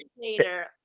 later